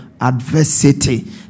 adversity